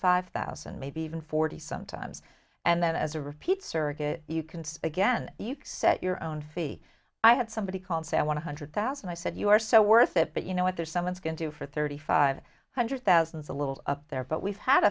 five thousand maybe even forty sometimes and then as a repeat surrogate you can see again you set your own fee i had somebody called say i want to hundred thousand i said you are so worth it but you know what there someone's going to for thirty five hundred thousands a little up there but we've had